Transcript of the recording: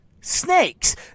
snakes